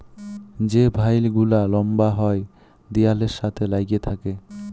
যে ভাইল গুলা লম্বা হ্যয় দিয়ালের সাথে ল্যাইগে থ্যাকে